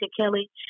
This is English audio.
Kelly